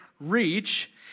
REACH